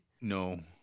No